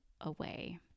away